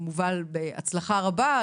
שמובל בהצלחה רבה.